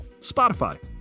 Spotify